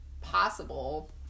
possible